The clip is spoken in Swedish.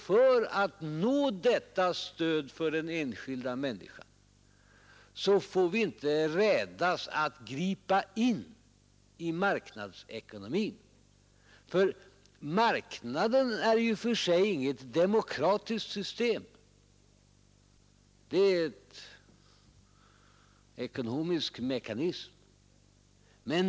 För att åstadkomma detta stöd för den enskilda människan får vi inte rädas att gripa in i marknadsekonomin, för marknaden är i och för sig inget demokratiskt system; det är en ekonomisk mekanism.